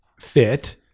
fit